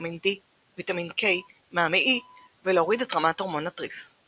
ויטמין D וויטמין K מהמעי ולהוריד את רמת הורמון התריס.